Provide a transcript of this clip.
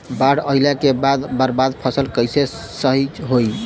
बाढ़ आइला के बाद बर्बाद फसल कैसे सही होयी?